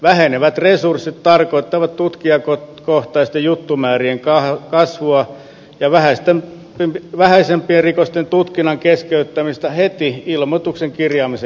vähenevät resurssit tarkoittavat tutkijakohtaisten juttumäärien kasvua ja vähäisempien rikosten tutkinnan keskeyttämistä heti ilmoituksen kirjaamisen jälkeen